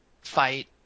fight